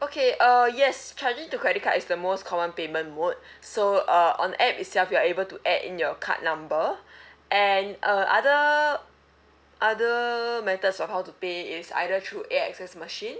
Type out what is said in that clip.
okay uh yes charging to credit card is the most common payment mode so uh on app itself you're able to add in your card number and uh other other methods of how to pay is either through A_X_S machine